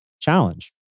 challenge